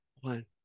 one